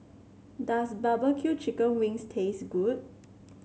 does barbecue Chicken Wings taste good